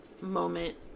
moment